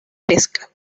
pesca